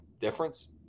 difference